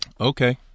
Okay